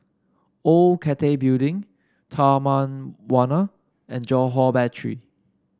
Old Cathay Building Taman Warna and Johore Battery